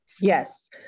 Yes